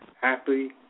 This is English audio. happy